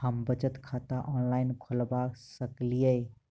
हम बचत खाता ऑनलाइन खोलबा सकलिये?